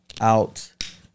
out